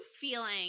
feeling